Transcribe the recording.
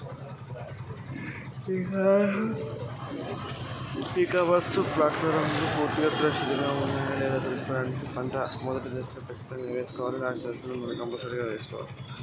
ఇ commerce ప్లాట్ఫారమ్లు పూర్తిగా సురక్షితంగా ఉన్నయా?